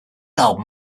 album